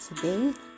today